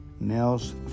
Nels